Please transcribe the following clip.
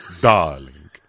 darling